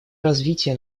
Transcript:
развитие